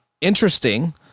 interesting